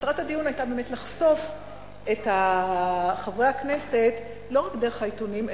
מטרת הדיון היתה באמת לחשוף את חברי הכנסת לא רק דרך העיתונים,